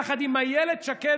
יחד עם אילת שקד,